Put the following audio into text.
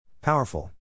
Powerful